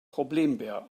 problembär